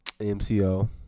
MCO